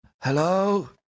hello